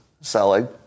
selling